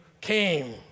came